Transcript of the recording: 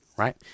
Right